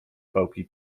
pałki